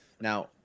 Now